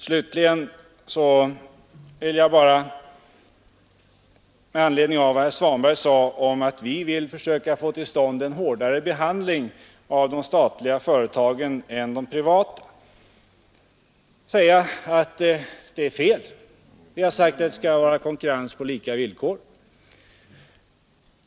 Slutligen vill jag, med anledning av vad herr Svanberg sade om att vi vill försöka få till stånd en hårdare behandling av de statliga företagen än av de privata, säga att detta påstående är felaktigt. Vi har sagt att det skall vara konkurrens på lika villkor.